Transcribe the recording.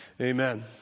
Amen